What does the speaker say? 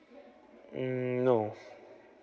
mm no